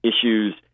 issues